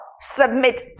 submit